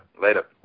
Later